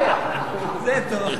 זה טוב.